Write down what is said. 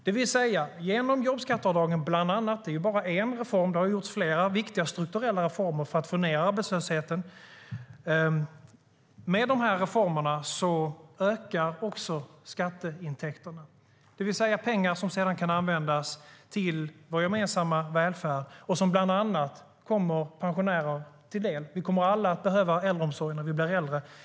Genom bland annat jobbskatteavdraget - det är bara en reform av flera viktiga strukturella reformer för att få ned arbetslösheten - ökar också skatteintäkterna. Det är pengar som sedan kan användas till vår gemensamma välfärd och som kommer bland annat pensionärer till del. Vi kommer alla att behöva äldreomsorg när vi blir äldre.